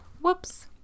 Whoops